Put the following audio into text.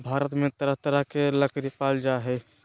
भारत में तरह तरह के लकरी पाल जा हइ